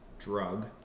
drug